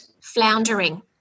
floundering